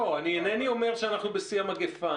אני אינני אומר שאנחנו בשיא המגיפה,